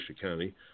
County